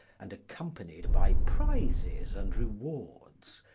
and accompanied by prizes and rewards,